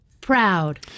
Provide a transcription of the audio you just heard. proud